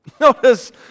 Notice